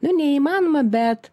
nu neįmanoma bet